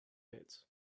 pits